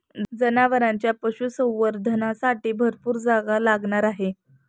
जनावरांच्या पशुसंवर्धनासाठी भरपूर जागा लागणार आहे